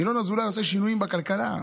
ינון אזולאי עושה שינויים בכלכלה.